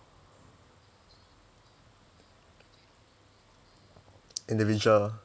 individual